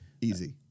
easy